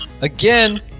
again